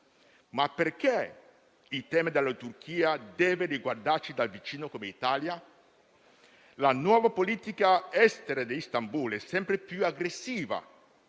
Perché il tema della Turchia deve riguardarci da vicino come Italia? La nuova politica estera di Istanbul è sempre più aggressiva,